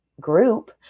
Group